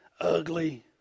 ugly